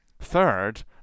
Third